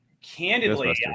candidly